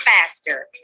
faster